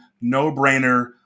no-brainer